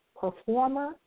performer